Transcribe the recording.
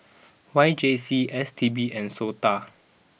Y J C S T B and Sota